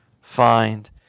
find